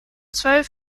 zwölf